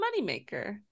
moneymaker